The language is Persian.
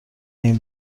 این